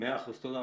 תודה רבה.